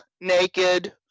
naked